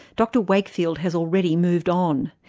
dr wakefield has already moved on.